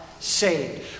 Saved